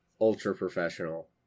Ultra-professional